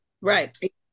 right